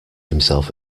himself